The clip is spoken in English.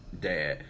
dad